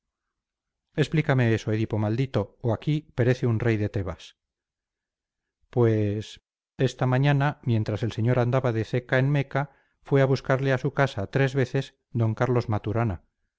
explícame eso edipo maldito o aquí perece un rey de tebas pues esta mañana mientras el señor andaba de ceca en meca fue a buscarle a su casa tres veces d carlos maturana